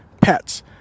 pets